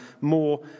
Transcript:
more